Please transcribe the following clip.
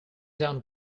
down